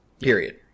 Period